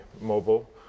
mobile